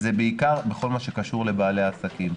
זה בעיקר בכל מה שקשור לבעלי העסקים.